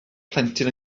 plentyn